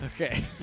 Okay